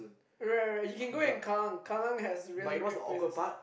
right right right you can go at Kallang Kallang has really great places